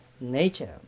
nature